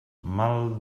mal